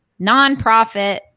nonprofit